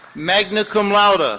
magna cum laude, ah